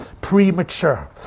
premature